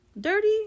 Dirty